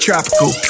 Tropical